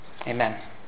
Amen